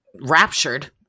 raptured